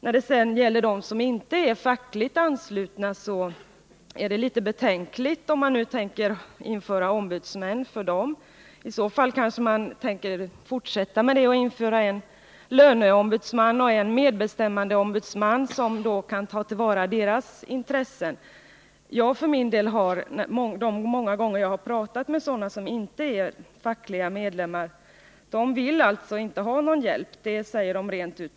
Men det är litet betänkligt att införa ombudsmän för dem som inte är fackligt anslutna. I så fall kanske man går ännu längre och inför en löneombudsman och en medbestämmandeombudsman för att ta till vara de oorganiserades intressen. Jag för min del har många gånger, när jag pratat med personer som inte är fackliga medlemmar, fått höra att de inte vill ha någon sådan hjälp. Det säger de rent ut.